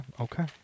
Okay